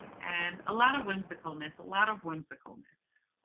and a lot of whimsicalness. a lot of whimsicalness.